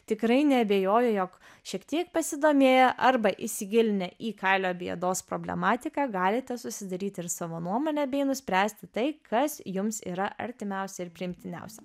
tikrai neabejoju jog šiek tiek pasidomėję arba įsigilinę į kailio bei odos problematiką galite susidaryti ir savo nuomonę bei nuspręsti tai kas jums yra artimiausia ir priimtiniausia